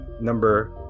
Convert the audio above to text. number